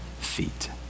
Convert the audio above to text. feet